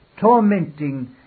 tormenting